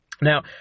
Now